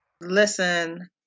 listen